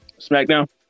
Smackdown